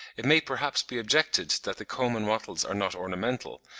it may perhaps be objected that the comb and wattles are not ornamental,